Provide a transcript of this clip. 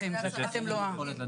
משפחה?